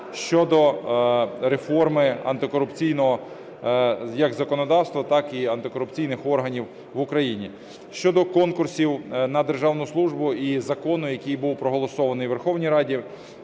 щодо реформи антикорупційного як законодавства, так і антикорупційних органів в Україні. Щодо конкурсів на державну службу і закону, який був проголосований у Верховній Раді,